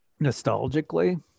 nostalgically